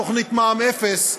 התוכנית מע"מ אפס,